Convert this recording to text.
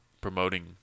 promoting